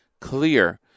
clear